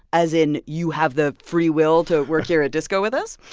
as in you have the free will to work here at disco with us.